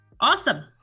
Awesome